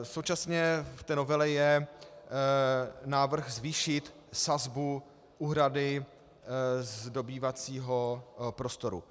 Současně je v té novele návrh zvýšit sazbu úhrady z dobývacího prostoru.